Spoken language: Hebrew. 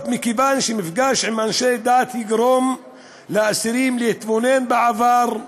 מכיוון שמפגש עם אנשי דת יגרום לאסירים להתבונן בעבר,